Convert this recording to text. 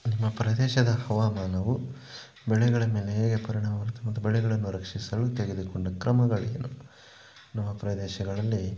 ನಿಮ್ಮ ಪ್ರದೇಶದ ಹವಾಮಾನವು ಬೆಳೆಗಳ ಮೇಲೆ ಹೇಗೆ ಪರಿಣಾಮ ಮತ್ತು ಬೆಳೆಗಳನ್ನು ರಕ್ಷಿಸಲು ತೆಗೆದುಕೊಂಡ ಕ್ರಮಗಳೇನು ನಮ್ಮ ಪ್ರದೇಶಗಳಲ್ಲಿ